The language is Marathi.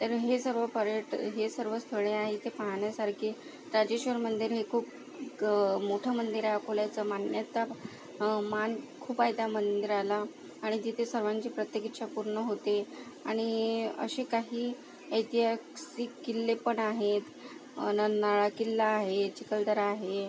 तर हे सर्व पर्यटन हे सर्व स्थळे इथे पाहण्यासारखी राजेश्वर मंदिर हे खूप मोठं मंदिर आहे अकोल्याचं मान्यता मान खूप आहे त्या मंदिराला आणि जिथे सर्वांची प्रत्येक इच्छा पूर्ण होते आणि अशी काही ऐतिहासिक किल्ले पण आहेत नरनाळा किल्ला आहे चिखलदरा आहे